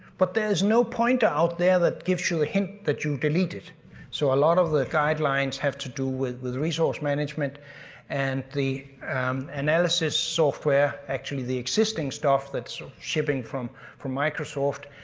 but there's no pointer out there that gives you a hint that you deleted so a lot of the guidelines have to do with with resource management and the analysis software, actually, the existing stuff that's shipping from from microsoft